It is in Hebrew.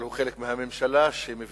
אבל הוא חלק מהממשלה שמביאה